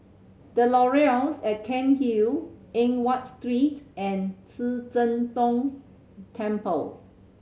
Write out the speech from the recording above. The Laurels at Cairnhill Eng Watt Street and Ci Zheng Gong Temple